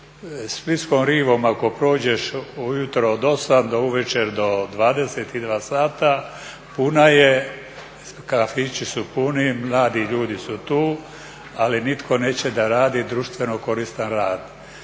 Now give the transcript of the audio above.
Splitskom rivom ako prođeš ujutro od 8 do uvečer do 22 sata puna je, kafići su puni, mladi ljudi su tu, ali nitko neće da radi društveno koristan rad.